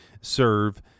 serve